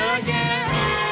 again